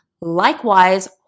likewise